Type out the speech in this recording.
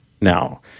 now